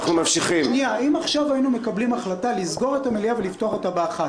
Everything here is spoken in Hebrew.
אם עכשיו היינו מקבלים החלטה לסגור את המליאה ולפתוח אותה ב-13:00,